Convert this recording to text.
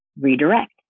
redirect